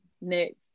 Next